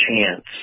chance